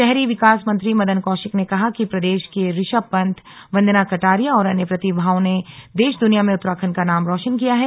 शहरी विकास मंत्री मदन कौशिक ने कहा कि प्रदेश के ऋषभ पंत वन्दना कटारिया और अन्य प्रतिभाओं ने देश दुनिया में उत्तराखंड का नाम रोशन किया है